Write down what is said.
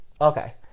okay